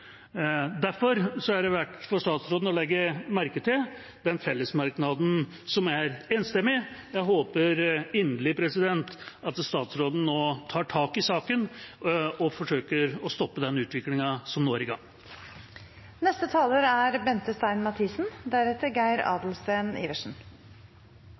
Derfor er det verdt for statsråden å legge merke til den fellesmerknaden som er enstemmig. Jeg håper inderlig at statsråden nå tar tak i saken og forsøker å stoppe den utviklingen som er i